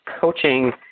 coaching